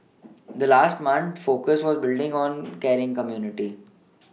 the last month the focus was on building a caring community